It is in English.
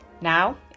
Now